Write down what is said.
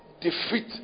defeat